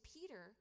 Peter